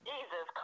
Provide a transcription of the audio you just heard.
Jesus